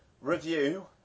review